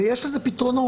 אבל יש לזה פתרונות.